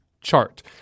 chart